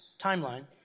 Timeline